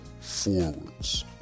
forwards